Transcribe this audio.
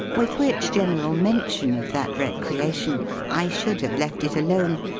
with which general mention of that recreation, i should have left it alone,